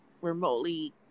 remotely